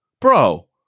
bro